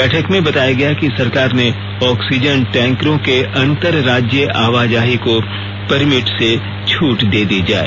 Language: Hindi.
बैठक में बताया गया कि सरकार ने ऑक्सीजन टैंकरों के अंतर राज्य आवाजाही को परमिट से छूट दे दी जाए